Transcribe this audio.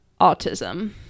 autism